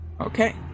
okay